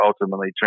ultimately